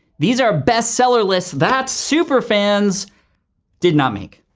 these are best seller lists that superfans did not make.